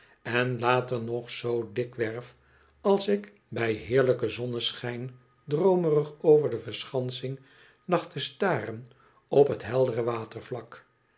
en later nog zoo dikwerf als ik bij heerlijken zonneschijn droomerig over de verschansing lag te staren op het heldere watervlak